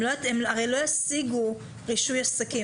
הם הרי לא ישיגו רישוי עסקים,